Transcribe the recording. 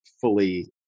fully